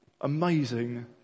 Amazing